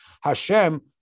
Hashem